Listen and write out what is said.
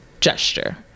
gesture